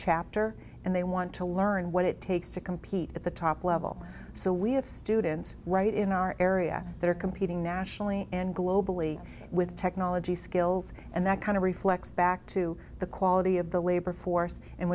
chapter and they want to learn what it takes to compete at the top level so we have students right in our area that are competing nationally and globally with technology skills and that kind of reflects back to the quality of the labor force and